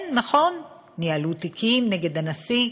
כן, נכון, ניהלו תיקים נגד הנשיא,